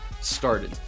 started